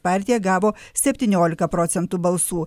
partija gavo septyniolika procentų balsų